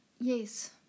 yes